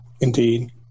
Indeed